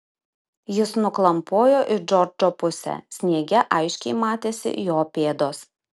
jis nuklampojo į džordžo pusę sniege aiškiai matėsi jo pėdos